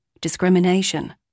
Discrimination